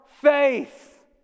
faith